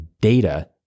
data